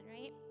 right